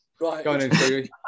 Right